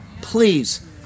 Please